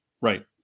Right